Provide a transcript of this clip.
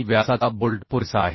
व्यासाचा बोल्ट पुरेसा आहे